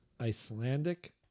Icelandic